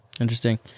Interesting